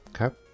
okay